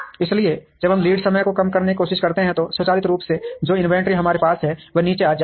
इसलिए जब हम लीड समय को कम करने की कोशिश करते हैं तो स्वचालित रूप से जो इन्वेंट्री हमारे पास है वह नीचे आ जाएगी